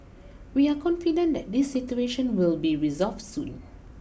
we are confident that this situation will be resolved soon